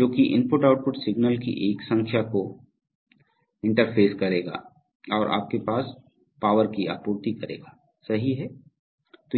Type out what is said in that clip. जो कि IO signal की एक संख्या को इंटरफ़ेस करेगा और आपके पास पावर की आपूर्ति करेगा सही है